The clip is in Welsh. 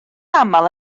aml